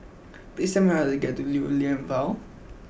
please tell me how to get to Lew Lian Vale